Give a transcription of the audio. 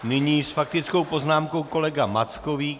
Nyní s faktickou poznámkou kolega Mackovík.